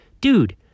Dude